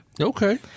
Okay